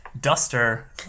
duster